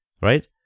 right